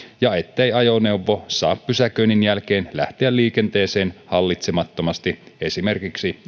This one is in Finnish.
ja ettei ajoneuvo saa pysäköinnin jälkeen lähteä liikenteeseen hallitsemattomasti esimerkiksi